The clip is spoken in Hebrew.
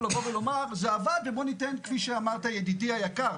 לבוא ולומר: זה עבד ובוא ניתן כפי שאמרת ידידי היקר,